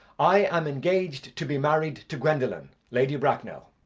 i am engaged to be married to gwendolen, lady bracknell!